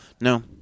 No